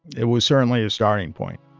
it was certainly a starting point